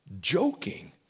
joking